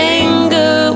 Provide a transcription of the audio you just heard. anger